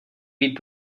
být